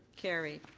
carried.